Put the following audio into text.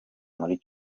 muri